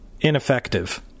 ineffective